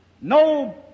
no